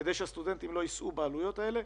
כדי שהסטודנטים לא יישאו בעלויות האלו.